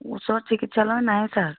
ওচৰত চিকিৎসালয় নাই ছাৰ